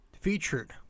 featured